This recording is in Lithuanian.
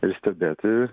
ir stebėti